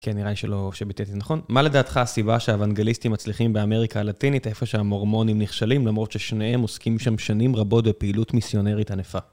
כן, נראה לי שלא שבטאתי את זה נכון.מה לדעתך הסיבה שאוונגליסאים מצליחים באמריקה הלטינית איפה שהמורמונים נכשלים למרות ששניהם עוסקים שנים רבות בפעילות מסיונרית ענפה